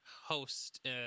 host